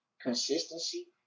consistency